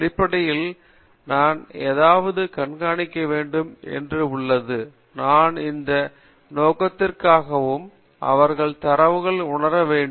அடிப்படையில் நான் ஏதாவது கண்காணிக்க வேண்டும் என்று உள்ளது நான் எந்த நோக்கத்திற்காகவும் அவர்களுக்கு தரவுகளை உணர வேண்டும்